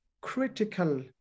critical